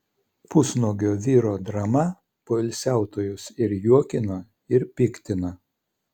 pusnuogio vyro drama poilsiautojus ir juokino ir piktino